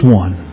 one